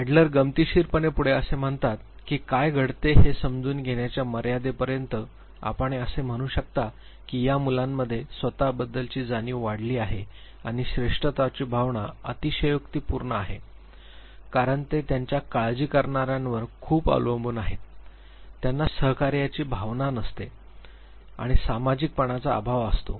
Adler गमतीशीरपणे पुढे असे म्हणतात की काय घडते हे समजून घेण्याच्या मर्यादेपर्यंत आपण असे म्हणू शकता की या मुलांमध्ये स्वताबद्दलची जाणीव वाढली आहे आणि श्रेष्ठत्वाची भावना अतिशयोक्तीपूर्ण आहे कारण ते त्यांच्या काळजी करणाऱ्यांवर खूप अवलंबून आहेत त्यांना सहकार्याची भावना नसते आणि सामाजिक पणाचा अभाव असतो